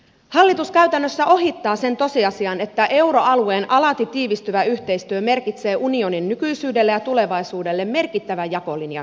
hallitus käytännössä ohittaa sen tosiasian että euroalueen alati tiivistyvä yhteistyö merkitsee unionin nykyisyydelle ja tulevaisuudelle merkittävän jakolinjan syntymistä